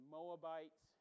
Moabites